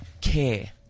care